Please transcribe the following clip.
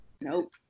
Nope